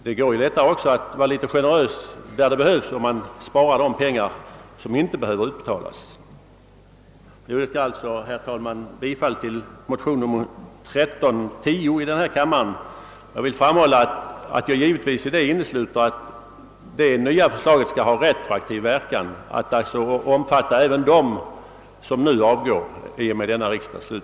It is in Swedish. Det går också att vara mera generös där det behövs, om man spar de pengar som inte behöver utbetalas. Jag yrkar alltså, herr talman, bifall till motion II:1310. Jag vill framhålla att jag givetvis däri innesluter att det nya förslaget skall ha retroaktiv verkan, d.v.s. omfatta även dem som nu avgår i och med denna riksdags slut.